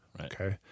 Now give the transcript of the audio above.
okay